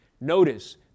notice